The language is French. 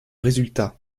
résultats